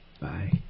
Bye